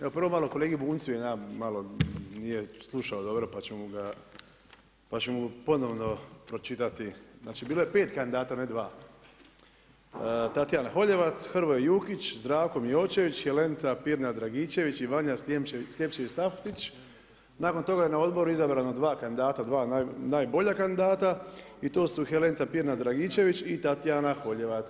Evo, prvo malo kolegi Bunjcu, jedna malo, nije slušao dobro, pa ćemo mu ponovno pročitati, znači bilo je 5 kandidata, ne 2, Tatjana Holjevac, Hrvoje Jukić, Zdravko Miočević, Helenica Pirnat Dragičević i Vanja Sljepčević Saftić, nakon toga je na odboru izabrano dva kandidata, dva najbolja kandidata i to su Helenca Pirnat Dragičević i Tatjana Holjevac.